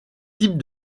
types